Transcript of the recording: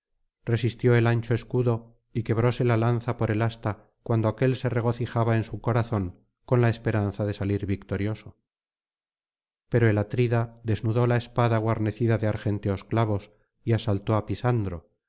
resistió el ancho escudo y quebróse la lanza por el asta cuando aquél se regocijaba en su corazón con la esperanza de salir victorioso pero el atrida desnudó la espada guarnecida de argénteos clavos y asaltó á